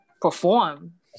perform